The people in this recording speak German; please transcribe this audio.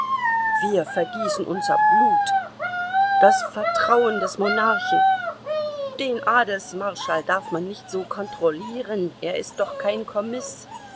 wir vergießen unser blut das vertrauen des monarchen den adelsmarschall darf man nicht so kontrollieren er ist doch kein kommis